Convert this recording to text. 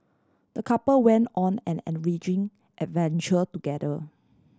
the couple went on an enriching adventure together